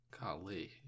Golly